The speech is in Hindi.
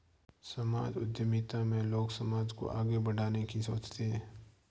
सामाजिक उद्यमिता में लोग समाज को आगे बढ़ाने की सोचते हैं